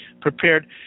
prepared